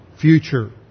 future